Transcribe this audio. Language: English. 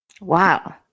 Wow